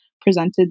presented